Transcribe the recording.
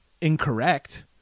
incorrect